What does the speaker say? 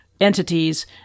entities